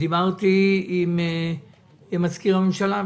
דיברתי עם מזכיר הממשלה,